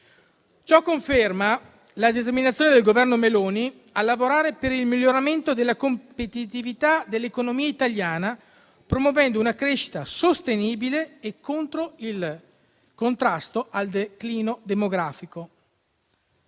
Ciò conferma la determinazione del Governo Meloni a lavorare per il miglioramento della competitività dell'economia italiana, promuovendo una crescita sostenibile e il contrasto al declino demografico.